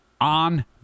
on